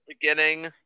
beginning